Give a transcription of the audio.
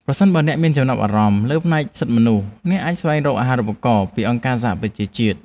ប្រសិនបើអ្នកមានចំណាប់អារម្មណ៍លើផ្នែកសិទ្ធិមនុស្ស អ្នកអាចស្វែងរកអាហារូបករណ៍ពីអង្គការសហប្រជាជាតិ។